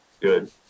good